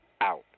out